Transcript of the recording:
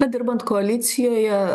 na dirbant koalicijoje